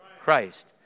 Christ